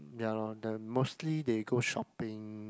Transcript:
ya lor the mostly they go shopping